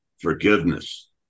forgiveness